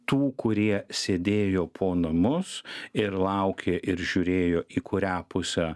tų kurie sėdėjo po namus ir laukė ir žiūrėjo į kurią pusę